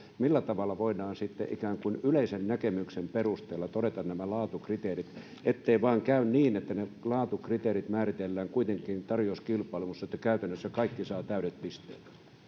millä tavalla voidaan sitten ikään kuin yleisen näkemyksen perusteella todeta nämä laatukriteerit ettei vaan käy niin että ne laatukriteerit määritellään kuitenkin tarjouskilpailuissa ja käytännössä kaikki saavat täydet pisteet